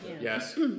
Yes